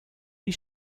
die